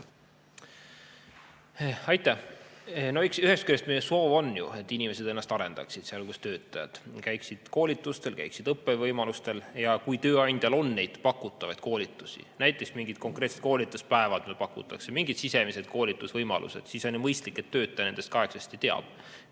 Aitäh! Ühest küljest meie soov on ju, et inimesed ennast arendaksid, et töötajad käiksid koolitustel, [kasutaksid] õppevõimalusi. Ja kui tööandjal on pakkuda koolitusi, näiteks on mingid konkreetsed koolituspäevad, mingid sisemised koolitusvõimalused, siis on ju mõistlik, et töötaja nendest ka aegsasti teab.